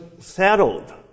settled